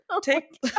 take